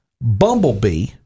bumblebee